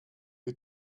who